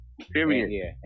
Period